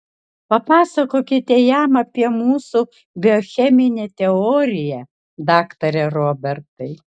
papasakokite jam apie mūsų biocheminę teoriją daktare robertai